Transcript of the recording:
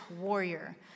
warrior